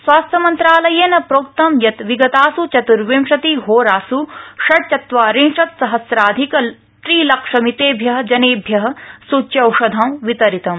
स्वास्थ्य मन्त्रालयेन प्रोक्तं यत् विगतास् चत्र्विशतिहोरास् षड्चत्वारिंशत्सहस्राधिक त्रिलक्षमितेभ्यः जनेभ्यः सूच्यौषधं वितरितम्